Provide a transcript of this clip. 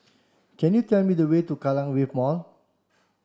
can you tell me the way to Kallang Wave Mall